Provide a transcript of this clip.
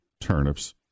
turnips